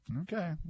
okay